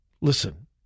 Listen